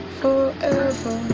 forever